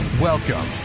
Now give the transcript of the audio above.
Welcome